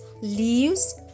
leaves